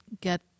get